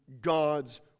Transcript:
God's